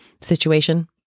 situation